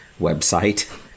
website